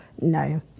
no